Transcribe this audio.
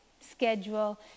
schedule